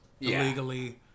illegally